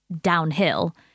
downhill